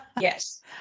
Yes